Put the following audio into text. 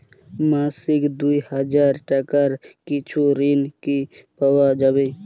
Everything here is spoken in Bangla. মাসিক দুই হাজার টাকার কিছু ঋণ কি পাওয়া যাবে?